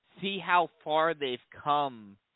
see-how-far-they've-come